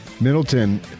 Middleton